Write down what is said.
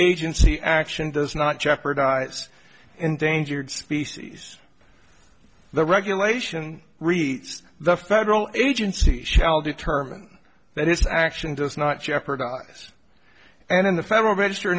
agency action does not jeopardize endangered species the regulation reads the federal agency shall determine that its action does not jeopardize and in the federal register